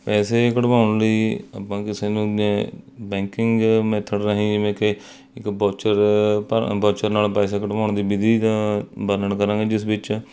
ਪੈਸੇ ਕਢਵਾਉਣ ਲਈ ਆਪਾਂ ਕਿਸੇ ਬੈਂਕਿੰਗ ਮੈਥਡ ਰਾਹੀਂ ਜਿਵੇਂ ਕਿ ਇੱਕ ਬਾਊਚਰ ਭ ਬਾਊਚਰ ਨਾਲ ਪੈਸਾ ਕਢਵਾਉਣ ਦੀ ਵਿਧੀ ਦਾ ਵਰਣਨ ਕਰਾਂਗੇ ਜਿਸ ਵਿੱਚ